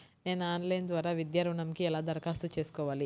నేను ఆన్లైన్ ద్వారా విద్యా ఋణంకి ఎలా దరఖాస్తు చేసుకోవాలి?